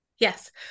Yes